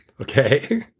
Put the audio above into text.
Okay